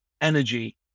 energy